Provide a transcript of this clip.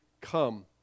come